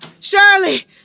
Shirley